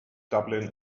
dublin